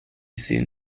seen